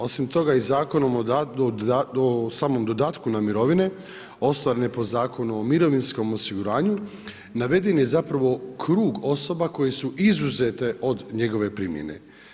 Osim toga i Zakonom o samom dodatku na mirovine, ostvarene po Zakonu o mirovinskom osiguranju, naveden je zapravo krug osoba koje su izuzete od njegove primjene.